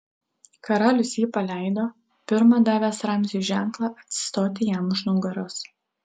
karalius jį paleido pirma davęs ramziui ženklą atsistoti jam už nugaros